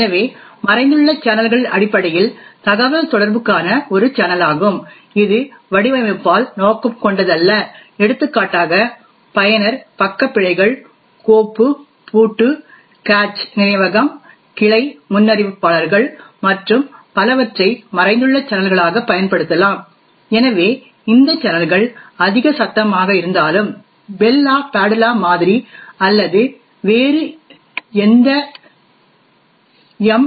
எனவே மறைந்துள்ள சேனல்கள் அடிப்படையில் தகவல்தொடர்புக்கான ஒரு சேனலாகும் இது வடிவமைப்பால் நோக்கம் கொண்டதல்ல எடுத்துக்காட்டாக பயனர் பக்க பிழைகள் கோப்பு பூட்டு கேச் நினைவகம் கிளை முன்னறிவிப்பாளர்கள் மற்றும் பலவற்றை மறைந்துள்ள சேனல்களாக பயன்படுத்தலாம் எனவே இந்த சேனல்கள் அதிக சத்தமாக இருந்தாலும் பெல் லாபாதுலா மாதிரி அல்லது வேறு எந்த எம்